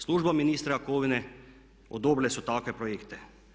Služba ministra Jakovine odobrile su takve projekte.